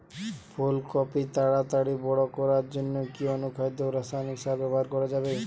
ফুল কপি তাড়াতাড়ি বড় করার জন্য কি অনুখাদ্য ও রাসায়নিক সার ব্যবহার করা যাবে?